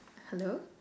hello